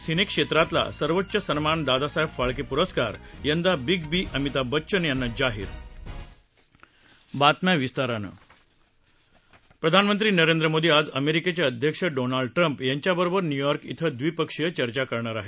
सिनेक्षेत्रातला सर्वोच्च सन्मान दादासाहेब फाळके प्रस्कार यंदा बिग बी अमिताभ बच्चन यांना जाहीर प्रधानमंत्री नरेंद्र मोदी आज अमेरिकेचे अध्यक्ष डोनाल्ड ट्रम्प यांच्याबरोबर न्यूयॉर्क इथं द्विपक्षीय चर्चा करणार आहेत